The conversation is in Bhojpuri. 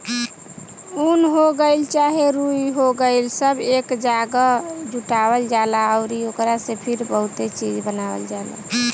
उन हो गइल चाहे रुई हो गइल सब एक जागह जुटावल जाला अउरी ओकरा से फिर बहुते चीज़ बनावल जाला